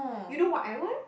you know what I want